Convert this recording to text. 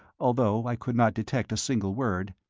although i could not detect a single word.